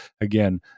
again